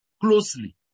closely